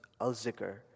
al-zikr